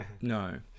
No